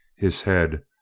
his head,